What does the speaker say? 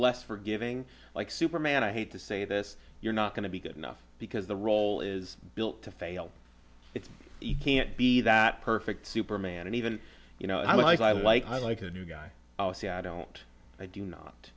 less forgiving like superman i hate to say this you're not going to be good enough because the role is built to fail it's eat can't be that perfect superman and even you know i like i like the new guy see i don't i do not